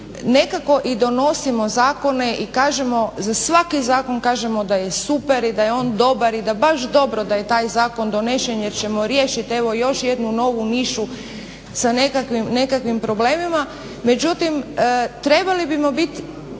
nekako i donosimo zakone i kažemo, za svaki zakon kažemo da je super i da je on dobar i da baš dobro da je taj zakon donesen jer ćemo riješiti evo još jednu novu nišu sa nekakvim problemima. Međutim, trebali bi bit